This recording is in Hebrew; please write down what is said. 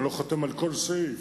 אני לא חותם על כל סעיף,